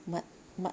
mat mat